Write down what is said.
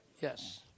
Yes